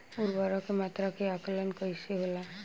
उर्वरक के मात्रा के आंकलन कईसे होला?